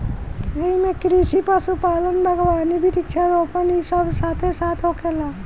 एइमे कृषि, पशुपालन, बगावानी, वृक्षा रोपण इ सब साथे साथ होखेला